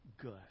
good